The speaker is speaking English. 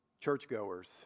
churchgoers